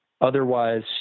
otherwise